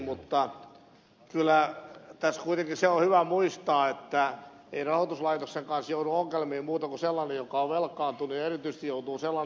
mutta kyllä tässä on kuitenkin se hyvä muistaa että ei rahoituslaitoksen kanssa joudu ongelmiin muuta kuin sellainen joka on velkaantunut ja erityisesti joutuu sellainen joka on ylivelkaantunut